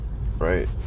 right